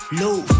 low